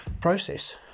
process